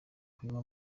kunywa